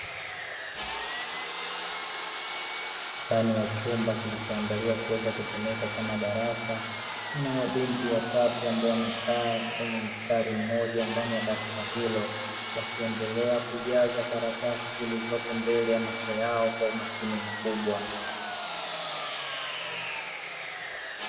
Ndani ya chumba kilichoandaliwa kuweza kutumika kama darasa, kuna mabinti watatu ambao wamekaa kwenye mstari mmoja ndani ya darasa hilo, wakiendelea kujaza karatasi zilizopo mbele ya macho yao kwa umakini mkubwa.